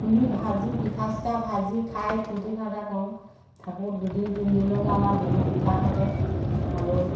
খুন্দি ভাজি পিঠা চিঠা ভাজি খাই ফূৰ্তি ফাৰ্তা কৰোঁ থাকোঁ দুদিন তিনিদিনলৈ আমাৰ বিহুৰ পিঠা থাকে আৰু